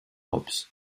rops